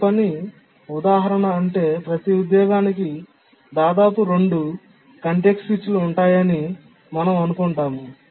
ప్రతి పని ఉదాహరణ అంటే ప్రతి ఉద్యోగానికి దాదాపు 2 కాంటెక్స్ట్ స్విచ్లు ఉంటాయని మనం అనుకుంటాము